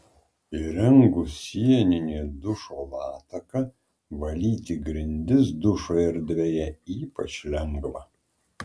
įrengus sieninį dušo lataką valyti grindis dušo erdvėje ypač lengva